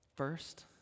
First